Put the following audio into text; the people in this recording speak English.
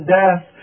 death